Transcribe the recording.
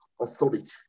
authority